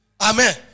Amen